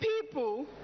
people